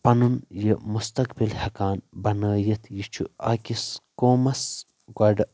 پنُن یہِ مستقبل ہیٚکان بنٲیتھ یہِ چھُ أکس قومس گۄڈٕ